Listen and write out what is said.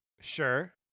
Sure